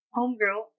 homegirl